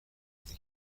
وقتی